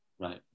right